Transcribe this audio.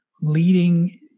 leading